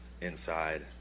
inside